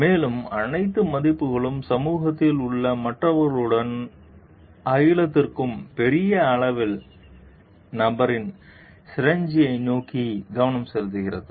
மேலும் அனைத்து மதிப்புகளும் சமூகத்தில் உள்ள மற்றவர்களுடனும் அகிலத்திற்கும் பெரிய அளவில் நபரின் சினெர்ஜியை நோக்கி கவனம் செலுத்தியது